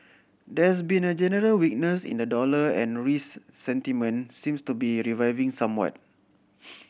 there's been a general weakness in the dollar and risk sentiment seems to be reviving somewhat